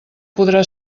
podrà